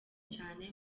cyane